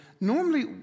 Normally